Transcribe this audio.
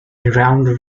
round